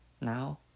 now